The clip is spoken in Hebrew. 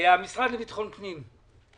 המשרד לביטחון פנים.